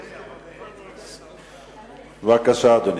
בבקשה, אדוני.